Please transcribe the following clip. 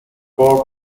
for